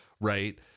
Right